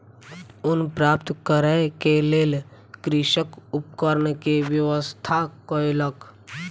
ऊन प्राप्त करै के लेल कृषक उपकरण के व्यवस्था कयलक